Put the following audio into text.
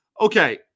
Okay